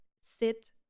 sit